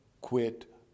quit